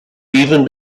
even